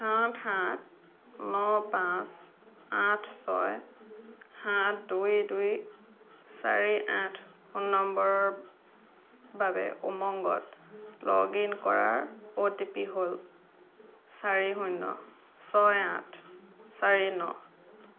সাত সাত ন পাঁচ আঠ ছয় সাত দুই দুই চাৰি আঠ ফোন নম্বৰৰ বাবে উমংগত লগ ইন কৰাৰ অ' টি পি হ'ল চাৰি শূন্য ছয় আঠ চাৰি ন